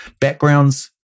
Backgrounds